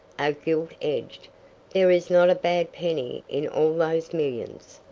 are gilt-edged. there is not a bad penny in all those millions.